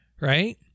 Right